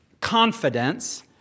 confidence